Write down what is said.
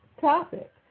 topic